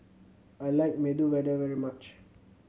I like Medu Vada very much